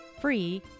free